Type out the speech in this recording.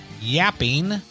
yapping